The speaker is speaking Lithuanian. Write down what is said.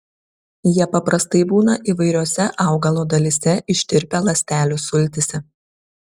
jie paprastai būna įvairiose augalo dalyse ištirpę ląstelių sultyse